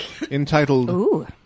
entitled